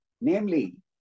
namely